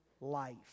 life